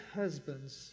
husbands